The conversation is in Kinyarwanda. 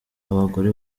abagore